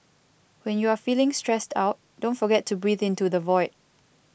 when you are feeling stressed out don't forget to breathe into the void